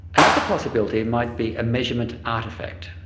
another possibility might be a measurement artefact.